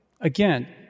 Again